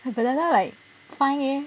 my banana like fine eh